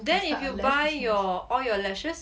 then if you buy your all your lashes